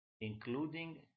including